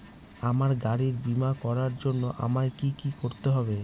আমার গাড়ির বীমা করার জন্য আমায় কি কী করতে হবে?